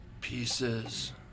Pieces